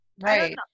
Right